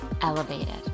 elevated